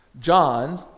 John